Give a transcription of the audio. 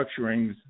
structurings